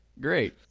great